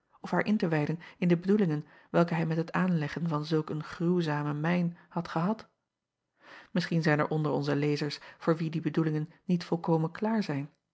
of haar in te wijden in de bedoelingen welke hij met het aanleggen van zulk een gruwzame mijn had gehad isschien zijn er onder onze lezers voor wie die bedoelingen niet volkomen klaar zijn